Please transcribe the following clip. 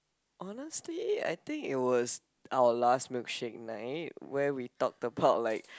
honestly I think it was our last milkshake night where we talked about like